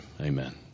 amen